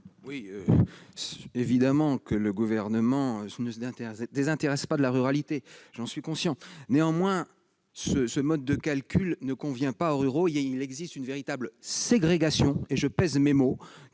la réplique. Certes, le Gouvernement ne se désintéresse pas de la ruralité, j'en suis conscient. Néanmoins ce mode de calcul ne convient pas aux ruraux. Il existe une véritable ségrégation- je pèse mes mots